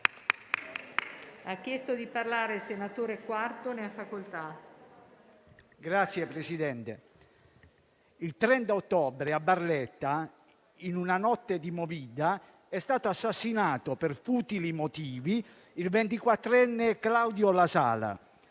il 30 ottobre, a Barletta, in una notte di *movida*, è stato assassinato per futili motivi il ventiquattrenne Claudio Lasala,